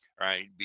right